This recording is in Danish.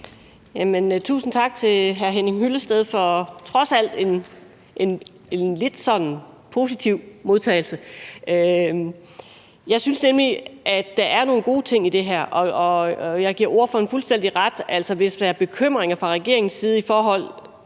Tusind tak til hr. Henning Hyllested for en trods alt lidt sådan positiv modtagelse. Jeg synes nemlig, at der er nogle gode ting i det her, og jeg giver ordføreren fuldstændig ret, altså hvordan det, hvis der er bekymringer fra regeringens side i forhold til